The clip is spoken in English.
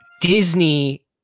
Disney